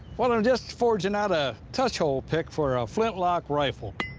well, i'm just forging at a touch hole pick for a flintlock rifle.